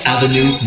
Avenue